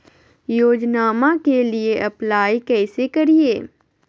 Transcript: योजनामा के लिए अप्लाई कैसे करिए?